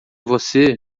você